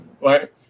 right